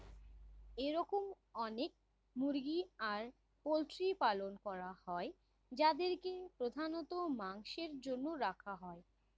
এরম অনেক মুরগি আর পোল্ট্রির পালন করা হয় যাদেরকে প্রধানত মাংসের জন্য রাখা হয়